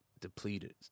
depleted